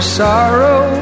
sorrow